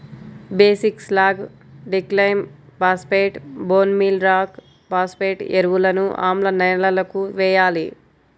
basic slag, dicalcium phosphate, bone meal rock phosphate ఎరువులను ఆమ్ల నేలలకు వేయాలి